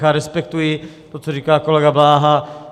A respektuji to, co říká kolega Bláha.